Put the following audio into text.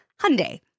Hyundai